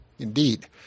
Indeed